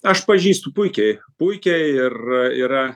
aš pažįstu puikiai puikiai ir yra